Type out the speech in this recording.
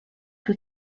que